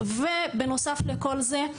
בנוסף לכל זה,